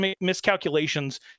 miscalculations